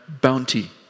bounty